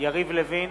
יריב לוין,